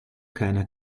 keiner